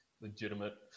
legitimate